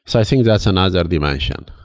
so i think that's another dimension,